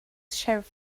sheriff